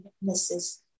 witnesses